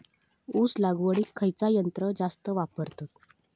ऊस लावडीक खयचा यंत्र जास्त वापरतत?